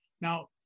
Now